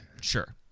sure